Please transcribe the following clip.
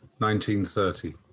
1930